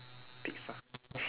pick stuff